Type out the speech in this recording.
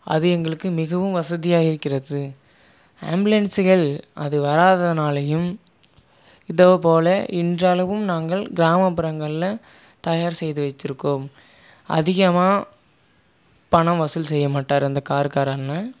அது எங்களுக்கு மிகவும் வசதியாக இருக்கிறது ஆம்புலன்ஸுகள் அது வராததினாலையும் இதேப்போல இன்றளவும் நாங்கள் கிராமப்புறங்களில் தயார் செய்து வைத்திருக்கோம் அதிகமாக பணம் வசூல் செய்யமாட்டார் அந்த கார்காரர் அண்ணன்